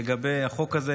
לגבי החוק הזה,